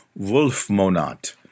wolfmonat